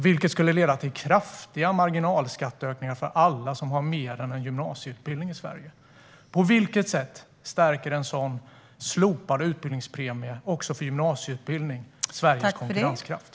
Detta skulle leda till kraftiga marginalskatteökningar för alla i Sverige som har mer än en gymnasieutbildning. På vilket sätt stärker en sådan slopad utbildningspremie, också för gymnasieutbildning, Sveriges konkurrenskraft?